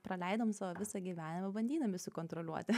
praleidom savo visą gyvenimą bandydami sukontroliuoti